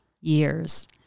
years